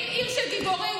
שכחתם זירת טבח.